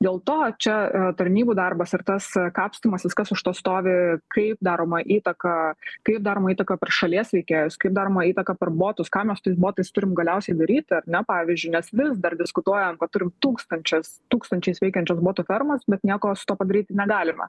dėl to čia tarnybų darbas ir tas kapstymasis kas už to stovi kaip daroma įtaka kaip daroma įtaka per šalies veikėjus kaip daroma įtaka per botus ką mes su tais botais turim galiausiai daryti ar ne pavyzdžiui nes vis dar diskutuojam kad turim tūkstančius tūkstančiais veikiančias botų fermas bet nieko su tuo padaryt negalima